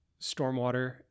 stormwater